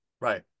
right